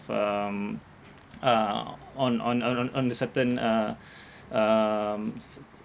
um uh on on on on on the certain uh um